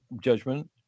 judgment